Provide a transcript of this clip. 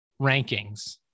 rankings